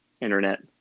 internet